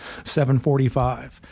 7.45